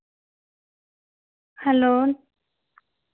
hello